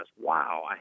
wow